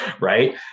right